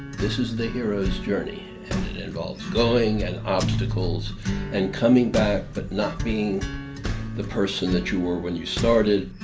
this is the hero's journey, and it involves going and obstacles and coming back but not being the person that you were when you started,